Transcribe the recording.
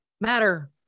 matter